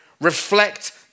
reflect